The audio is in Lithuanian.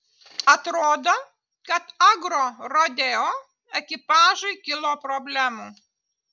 atrodo kad agrorodeo ekipažui kilo problemų